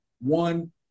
one